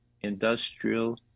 industrial